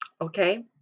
Okay